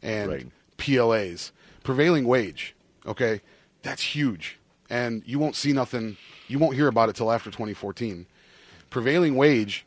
and p l a's prevailing wage ok that's huge and you won't see nothing you won't hear about it till after twenty fourteen prevailing wage